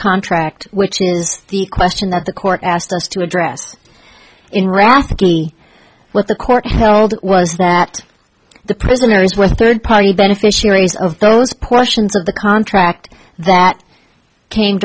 contract which is the question that the court asked us to address in rafiki what the court held was that the prisoners were third party beneficiaries of those portions of the contract that came